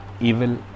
evil